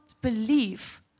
believe